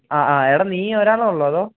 ആഹ് ആഹ് എടാ നീ ഒരാൾ ഉള്ളോ അതോ